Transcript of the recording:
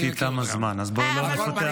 גברתי, תם הזמן, אז בואי לא נפתח.